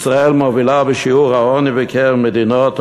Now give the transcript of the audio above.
ישראל מובילה בשיעור העוני במדינות ה-OECD.